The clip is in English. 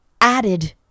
added